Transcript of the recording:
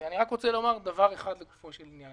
רק דבר אחד לגופו של עניין.